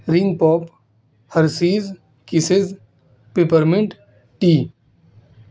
ring pop hershey's kisses pepper mint tea